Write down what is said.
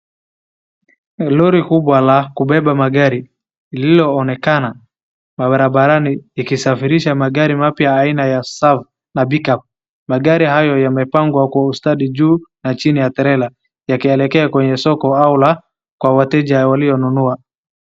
Lori kubwa la kubeba magari, lililonekana mabarabarani likisafirisha magari mapya aina ya SUV na pick-up . Magari hayo yamepangwa kwa ustadi, juu na chini ya trailer yakielekea kwenye soko au la, kwa wateja walionunua.